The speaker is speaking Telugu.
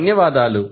ధన్యవాదాలు